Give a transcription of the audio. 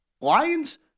Lions